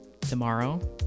Tomorrow